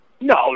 No